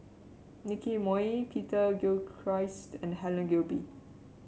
Nicky Moey Peter Gilchrist and Helen Gilbey